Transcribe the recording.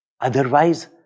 Otherwise